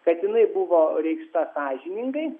kad jinai buvo reikšta sąžiningai